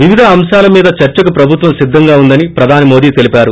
వివిధ అంశాల మీద చర్చకు ప్రభుత్వం సిద్దంగా ఉందని ప్రధాని మోదీ తెలిపారు